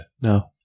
No